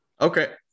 Okay